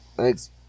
Thanks